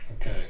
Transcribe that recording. Okay